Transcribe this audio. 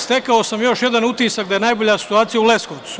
Stekao sam još jedan utisak, da je najbolja situacija u Leskovcu.